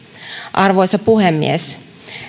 arvoisa puhemies